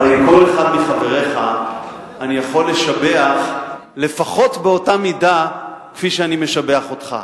הרי כל אחד מחבריך אני יכול לשבח לפחות באותה מידה כפי שאני משבח אותך.